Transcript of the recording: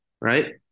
Right